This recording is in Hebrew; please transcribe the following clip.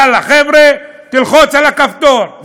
יאללה, חבר'ה, תלחצו על הכפתור.